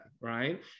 right